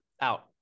out